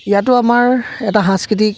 ইয়াতো আমাৰ এটা সাংস্কৃতিক